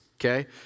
okay